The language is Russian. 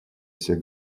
всех